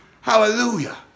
Hallelujah